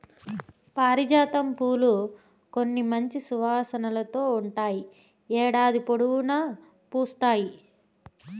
పారిజాతం పూలు మంచి సువాసనతో ఉంటాయి, ఏడాది పొడవునా పూస్తాయి